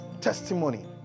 testimony